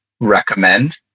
recommend